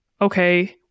okay